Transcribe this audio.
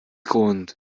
grund